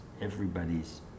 everybody's